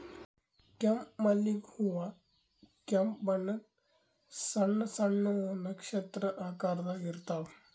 ಕೆಂಪ್ ಮಲ್ಲಿಗ್ ಹೂವಾ ಕೆಂಪ್ ಬಣ್ಣದ್ ಸಣ್ಣ್ ಸಣ್ಣು ನಕ್ಷತ್ರ ಆಕಾರದಾಗ್ ಇರ್ತವ್